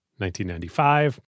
1995